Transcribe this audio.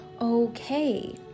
okay